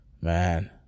Man